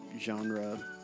genre